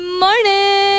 morning